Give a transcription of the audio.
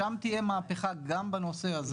שם תהיה מהפכה גם בנושא הזה.